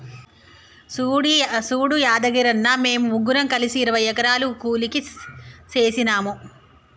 సూడు యాదగిరన్న, మేము ముగ్గురం కలిసి ఇరవై ఎకరాలు కూలికి సేసినాము